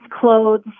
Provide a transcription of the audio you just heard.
clothes